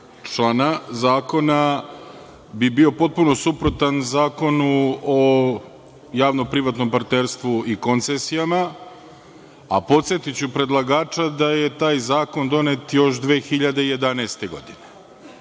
člana zakona bi bio potpuno suprotan Zakonu o javno privatnom partnerstvu i koncesijama, a podsetiću predlagača da je taj zakon donet još 2011. godine.